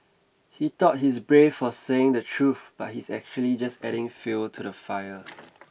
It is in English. he thought he's brave for saying the truth but he's actually just adding fuel to the fire